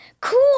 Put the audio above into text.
Cool